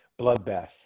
Bloodbath